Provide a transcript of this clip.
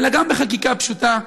אלא גם בחקיקה פשוטה,